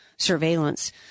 surveillance